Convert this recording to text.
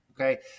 Okay